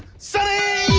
say